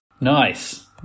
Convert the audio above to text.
Nice